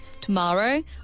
Tomorrow